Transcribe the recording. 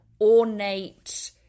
ornate